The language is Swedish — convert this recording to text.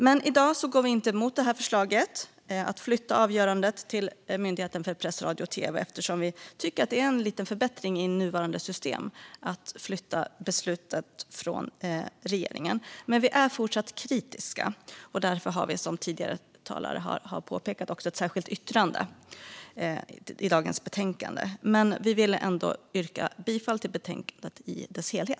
I dag går vi dock inte emot förslaget att flytta avgörandet till Myndigheten för press, radio och tv, eftersom vi tycker att det är en viss förbättring i nuvarande system att flytta beslutet från regeringen. Men vi är fortsatt kritiska, och därför har vi ett särskilt yttrande i dagens betänkande. Jag yrkar bifall till utskottets förslag i dess helhet.